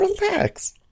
relax